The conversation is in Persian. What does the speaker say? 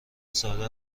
ساده